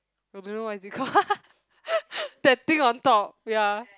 I don't know what is it called that thing on top ya